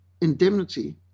indemnity